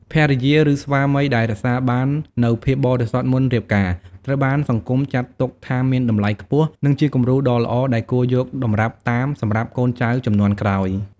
ភរិយា ឬស្វាមីដែលរក្សាបាននូវភាពបរិសុទ្ធមុនរៀបការ ត្រូវបានសង្គមចាត់ទុកថាមាន តម្លៃខ្ពស់ និងជាគំរូដ៏ល្អដែលគួរយកតម្រាប់តាមសម្រាប់កូនចៅជំនាន់ក្រោយ។